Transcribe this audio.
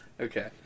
okay